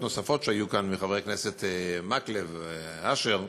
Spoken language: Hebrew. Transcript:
הנוספות שהיו כאן מחברי הכנסת מקלב ואשר,